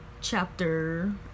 chapter